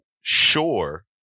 sure